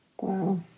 Wow